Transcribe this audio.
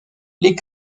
les